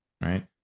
right